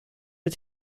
der